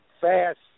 fast